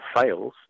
fails